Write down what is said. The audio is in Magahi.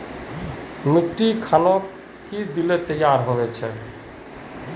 मिट्टी खानोक की दिले तैयार होबे छै?